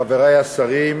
חברי השרים,